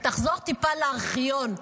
רק תחזור טיפה לארכיון,